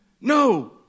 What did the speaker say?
No